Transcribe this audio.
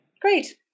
Great